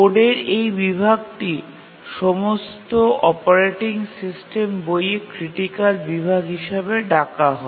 কোডের এই বিভাগটি সমস্ত অপারেটিং সিস্টেম বইয়ে ক্রিটিকাল বিভাগ হিসাবে ডাকা হয়